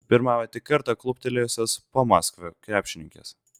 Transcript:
pirmauja tik kartą kluptelėjusios pamaskvio krepšininkės